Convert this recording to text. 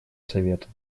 совета